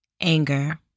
Anger